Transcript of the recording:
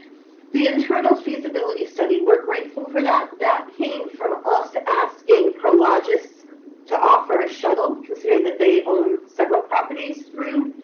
the internal feasibility study we're grateful for that. that came from us asking prologis to offer a shuttle, considering that they own several properties through.